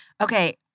Okay